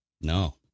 No